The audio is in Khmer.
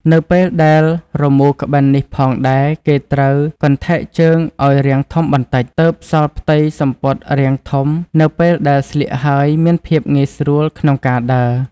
នៅពេលដែលមូរក្បិននេះផងដែរគេត្រូវកន្ធែកជើងឲ្យរាងធំបន្តិចទើបសល់ផ្ទៃសំពត់រាងធំនៅពេលដែលស្លៀកហើយមានភាពងាយស្រួលក្នុងការដើរ។